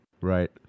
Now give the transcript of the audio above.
Right